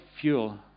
fuel